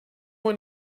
one